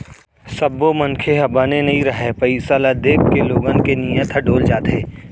सब्बो मनखे ह बने नइ रहय, पइसा ल देखके लोगन के नियत ह डोल जाथे